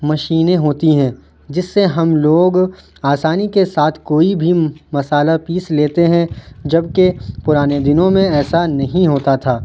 مشینیں ہوتی ہیں جس سے ہم لوگ آسانی کے ساتھ کوئی بھی مسالہ پیس لیتے ہیں جبکہ پرانے دنوں میں ایسا نہیں ہوتا تھا